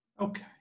Okay